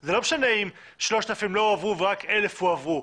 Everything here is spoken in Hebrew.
זה לא משנה אם 3,000 לא הועברו ורק 1,000 הועברו,